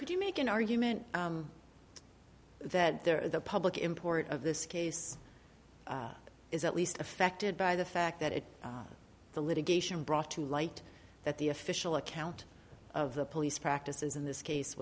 could you make an argument that there the public import of this case is at least affected by the fact that the litigation brought to light that the official account of the police practices in this case